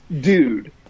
dude